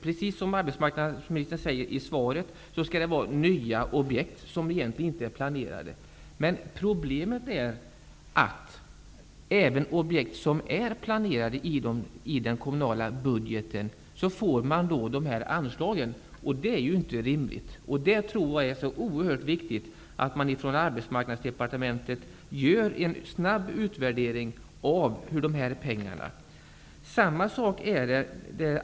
Precis som arbetsmarknadsministern säger i svaret skall det handla om nya objekt som egentligen inte är planerade. Men problemet är att man även för objekt som är planerade i den kommunala budgeten får dessa anslag. Det är inte rimligt. Jag tror att det är oerhört viktigt att man från Arbetsmarknadsdepartementet gör en snabb utvärdering av dessa pengar.